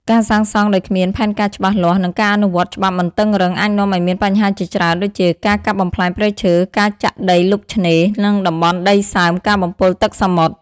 ការសាងសង់ដោយគ្មាន ផែនការច្បាស់លាស់ និង ការអនុវត្តច្បាប់មិនតឹងរ៉ឹង អាចនាំឲ្យមានបញ្ហាជាច្រើនដូចជា ការកាប់បំផ្លាញព្រៃឈើ ការចាក់ដីលុបឆ្នេរ និងតំបន់ដីសើម ការបំពុលទឹកសមុទ្រ។